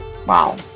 Wow